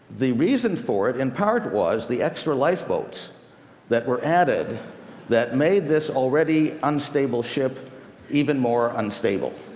the reason for it, in part, was the extra life boats that were added that made this already unstable ship even more unstable.